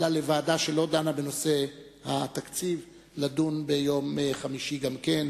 אל לה לוועדה שלא דנה בנושא התקציב לדון ביום חמישי גם כן,